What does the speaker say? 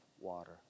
water